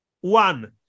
one